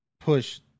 push